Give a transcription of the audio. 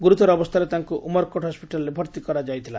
ଗୁରୁତର ଅବସ୍କାରେ ତାଙ୍କୁ ଉମରକୋଟ ହସପିଟାଲରେ ଭର୍ତି କରାଯାଇଥିଲା